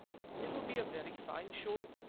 it will be a very fine show,